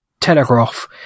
Telegraph